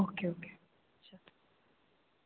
okay okay